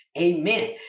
Amen